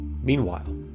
Meanwhile